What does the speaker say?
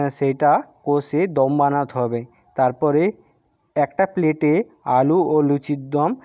সেটা কষে দম বানাতে হবে তারপরে একটা প্লেটে আলু ও লুচির দম